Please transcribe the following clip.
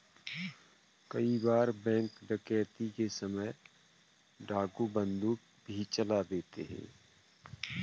कई बार बैंक डकैती के समय डाकू बंदूक भी चला देते हैं